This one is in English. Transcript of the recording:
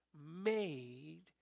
made